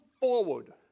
Forward